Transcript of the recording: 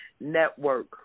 Network